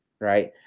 Right